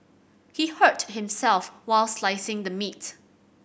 he hurt himself while slicing the meat